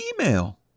email